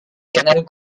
canal